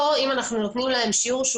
פה אם אנחנו נותנים להם שיעור שהוא